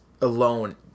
alone